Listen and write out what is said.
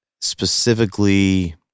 Specifically